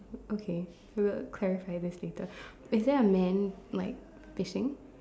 okay we will clarify this later is there a man like fishing